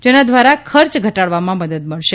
જેના દ્વારા ખર્ચ ધટાડવામાં મદદ મળશે